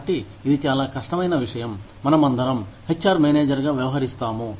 కాబట్టి ఇది చాలా కష్టమైన విషయం మన మందరం హెచ్ఆర్ మేనేజర్ గా వ్యవహరిస్తాము